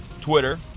Twitter